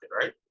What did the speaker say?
right